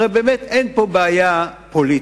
הרי אין כאן בעיה פוליטית,